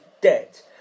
debt